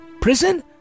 prison